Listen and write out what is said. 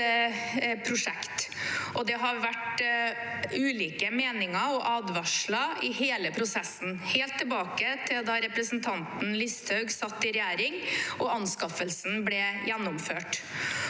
det har vært ulike meninger og advarsler i hele prosessen – helt tilbake til da representanten Listhaug satt i regjering og anskaffelsen ble gjennomført.